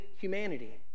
humanity